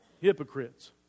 hypocrites